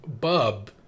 bub